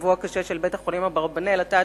מצבו הקשה של בית-החולים "אברבנאל" אתה,